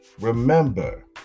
Remember